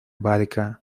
barca